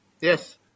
Yes